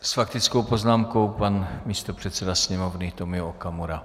S faktickou poznámkou pan místopředseda Sněmovny Tomio Okamura.